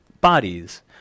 bodies